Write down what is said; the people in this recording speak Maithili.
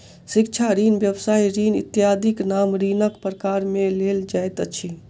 शिक्षा ऋण, व्यवसाय ऋण इत्यादिक नाम ऋणक प्रकार मे लेल जाइत अछि